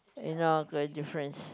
you know the difference